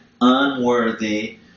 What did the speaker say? unworthy